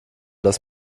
das